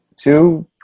Two